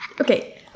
okay